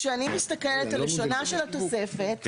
כשאני מסתכלת על לשונה של התוספת,